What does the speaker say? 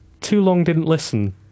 too-long-didn't-listen